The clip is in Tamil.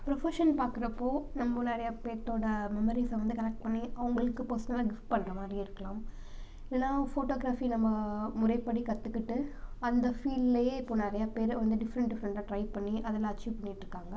ப்ரொஃபஷன்னு பார்க்குறப்போ நம்ம நிறையா பேர்த்தோட மெமரீஸை வந்து கனெக்ட் பண்ணி அவங்களுக்கு பர்சனலாக கிஃப்ட் பண்ணுற மாதிரி இருக்கலாம் இல்லை ஃபோட்டோக்ராஃபி நம்ம முறைப்படி கற்றுக்கிட்டு அந்த ஃபீல்ட்லேயே இப்போ நிறையா பேர் வந்துட்டு டிஃப்ரண்ட் டிஃப்ரண்ட்டாக வந்து ட்ரை பண்ணி அதில் அச்சிவ் பண்ணிட்டிருக்காங்க